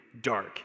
dark